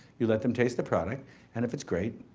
you let them taste the product and if it's great,